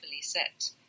set